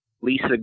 Lisa